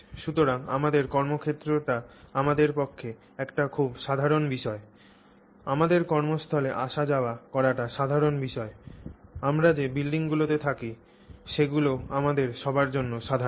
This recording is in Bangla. সুতরাং আমাদের কর্মক্ষেত্রটি আমাদের পক্ষে একটি খুব সাধারণ বিষয় আমাদের কর্মস্থলে আসা যাওয়া করাটা সাধারণ বিষয় আমরা যে বিল্ডিংগুলিতে থাকি সেগুলিও আমাদের সবার জন্য সাধারণ